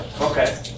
Okay